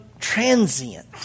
transient